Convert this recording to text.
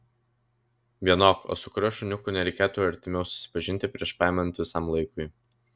vienok o su kuriuo šuniuku nereikėtų artimiau susipažinti prieš paimant visam laikui